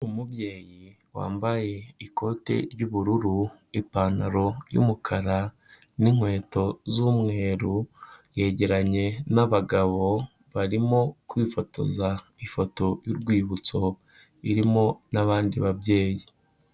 Umubyeyi wambaye ikote ry'ubururu, ipantaro y'umukara n'inkweto z'umweru, yegeranye n'abagabo barimo kwifotoza ifoto y'urwibutso irimo nabandi babyeyi.